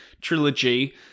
trilogy